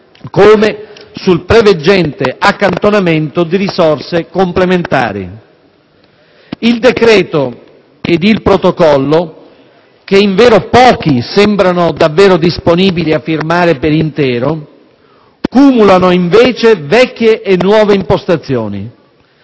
come sul preveggente accantonamento di risorse complementari. Il decreto ed il protocollo - che invero pochi sembrano davvero disponibili a firmare per intero - cumulano invece vecchie e nuove impostazioni,